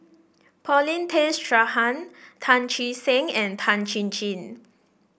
Paulin Tay Straughan Chee Seng and Tan Chin Chin